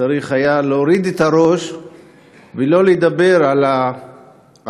צריך היה להוריד את הראש ולא לדבר על השקרים,